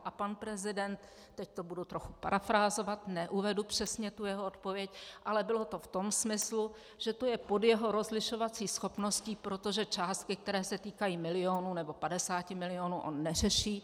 A pan prezident, teď to budu trochu parafrázovat, neuvedu přesně jeho odpověď, ale bylo to v tom smyslu, že to je pod jeho rozlišovací schopností, protože částky, které se týkají milionů, nebo 50 milionů, on neřeší.